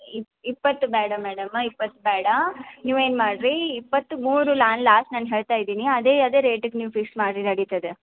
ಇಪ್ ಇಪ್ಪತ್ತು ಬೇಡ ಮೇಡಮ ಇಪ್ಪತ್ತು ಬೇಡ ನೀವು ಏನು ಮಾಡಿರಿ ಇಪ್ಪತ್ಮೂರು ಲಾನ್ ಲಾಸ್ಟ್ ನಾನು ಹೇಳ್ತ ಇದ್ದೀನಿ ಅದೇ ಅದೇ ರೇಟಿಗೆ ನೀವು ಫಿಕ್ಸ್ ಮಾಡಿರಿ ನಡೀತದೆ